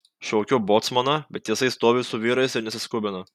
šaukiu bocmaną bet jisai stovi su vyrais ir nesiskubina